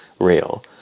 real